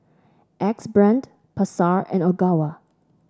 Axe Brand Pasar and Ogawa